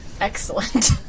Excellent